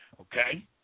okay